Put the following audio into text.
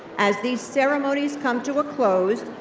as these ceremonies come to a close,